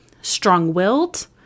strong-willed